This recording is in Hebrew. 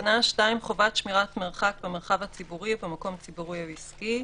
2. חובת שמירת מרחק במרחב הציבורי ובמקום ציבורי או עסקי.